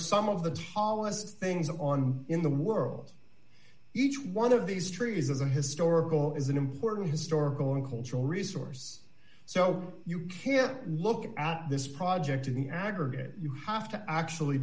some of the tallest things on in the world each one of these trees as a historical is an important historical and cultural resource so you can look at this project in the aggregate you have to actually